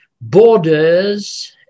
borders